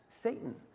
Satan